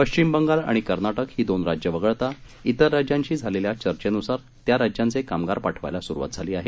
पश्विम बंगाल आणि कर्नाटक ही दोन राज्ये वगळता इतर राज्यांशी झालेल्या चर्चेनुसार त्या राज्यांचे कामगार पाठवायला सुरुवात झाली आहे